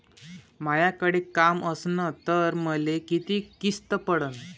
मायाकडे काम असन तर मले किती किस्त पडन?